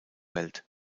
welt